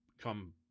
come